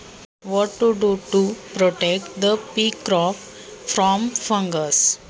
वाटाणा पिकाला बुरशीपासून वाचवण्यासाठी काय करावे?